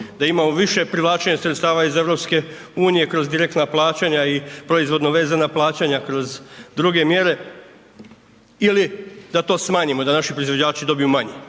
da imamo više privlačenja sredstva iz EU-a kroz direktna plaćanja i proizvodno vezana plaćanja kroz druge mjere ili da to smanjimo, da naši proizvođači dobiju manje?